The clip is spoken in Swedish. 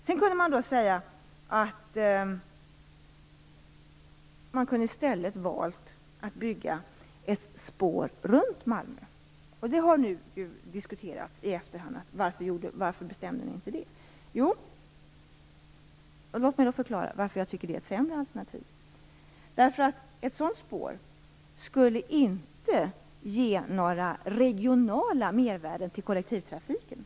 Sedan kan man säga att man i stället kunde ha valt att bygga ett spår runt Malmö. Det har nu i efterhand diskuterats anledningen till att vi inte bestämde oss för det. Låt mig då förklara varför jag tycker att det är ett sämre alternativ. Ett sådant spår skulle nämligen inte ge några regionala mervärden till kollektivtrafiken.